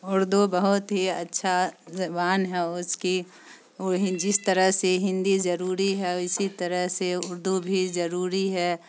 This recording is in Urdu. اردو بہت ہی اچھا زبان ہے اس کی وہ جس طرح سے ہندی ضروری ہے اسی طرح سے اردو بھی ضروری ہے